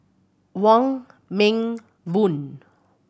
Wong Meng Voon